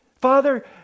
Father